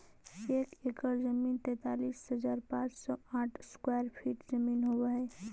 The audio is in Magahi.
एक एकड़ जमीन तैंतालीस हजार पांच सौ साठ स्क्वायर फीट जमीन होव हई